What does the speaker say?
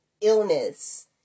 illness